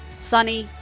sunny,